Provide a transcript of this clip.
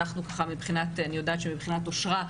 אני יודעת שמבחינת אושרה,